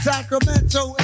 Sacramento